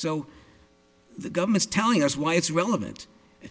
so the government's telling us why it's relevant